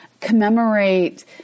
commemorate